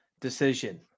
decision